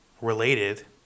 related